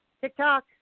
TikTok